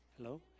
Hello